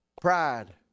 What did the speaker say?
Pride